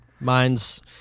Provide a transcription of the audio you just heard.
mine's